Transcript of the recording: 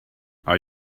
are